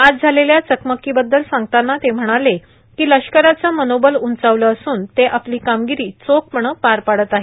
आज झालेल्या चकमकीबद्दल सांगतांना ते म्हणाले की लष्कराचं मनोबल उंचावलं असून ते आपली कामगिरी चोखपणे पार पाडत आहेत